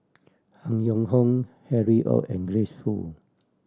Han Yong Hong Harry Ord and Grace Fu